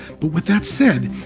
but with that said,